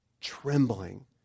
trembling